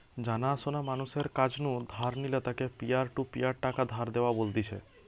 জানা শোনা মানুষের কাছ নু ধার নিলে তাকে পিয়ার টু পিয়ার টাকা ধার দেওয়া বলতিছে